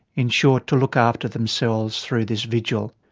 in short to look after themselves through this vigil.